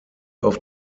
auf